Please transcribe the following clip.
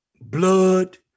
blood